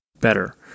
better